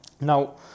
Now